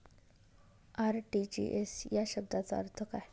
RTGS या शब्दाचा अर्थ काय?